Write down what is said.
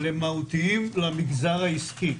אבל הם מהותיים למגזר העסקי.